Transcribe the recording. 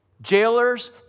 Jailers